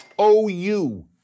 OU